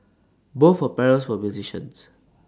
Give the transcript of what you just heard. both her parents were musicians